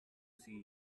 see